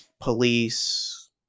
police